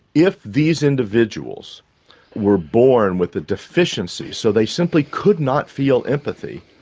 if these individuals were born with the deficiency so they simply could not feel empathy,